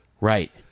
Right